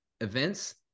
events